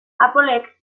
applek